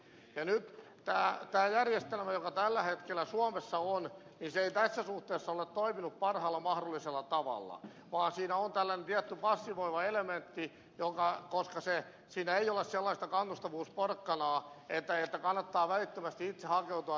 nyt tämä järjestelmä joka tällä hetkellä suomessa on ei tässä suhteessa ole toiminut parhaalla mahdollisella tavalla vaan siinä on tällainen tietty passivoiva elementti koska siinä ei ole sellaista kannustavuusporkkanaa että kannattaa välittömästi itse hakeutua näihin aktiivitoimiin